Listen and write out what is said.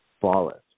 flawless